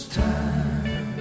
time